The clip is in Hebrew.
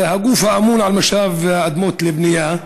הגוף האמון של משאב אדמות לבנייה,